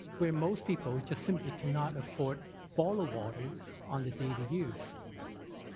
where most people just simply cannot afford bottled water on the daily use.